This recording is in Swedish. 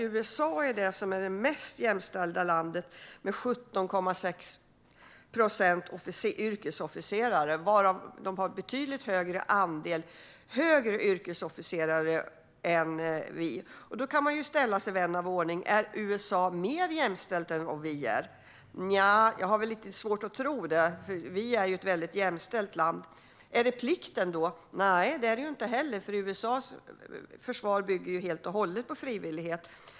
USA är det mest jämställda landet i det här sammanhanget med 17,6 procent kvinnliga yrkesofficerare, varav de har betydligt högre andel högre yrkesofficerare än vad vi har. Vän av ordning kan ställa sig frågan: Är USA mer jämställt än vad vi är? Nja, jag har lite svårt att tro det - vi är ju ett väldigt jämställt land. Är det plikten då? Nej, det är det inte heller, för USA:s försvar bygger ju helt och hållet på frivillighet.